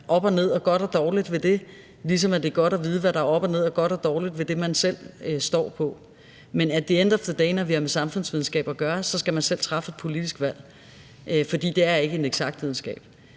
op og ned og godt og dårligt ved det, ligesom det er godt at vide, hvad der er op og ned og godt og dårligt ved det, man selv står på. Men at the end of the day: Når vi har med samfundsvidenskab at gøre, skal man selv træffe et politisk valg, for det er ikke en eksakt videnskab,